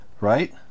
right